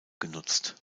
genutzt